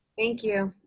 thank you.